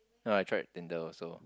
no I tried Tinder also